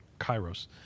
kairos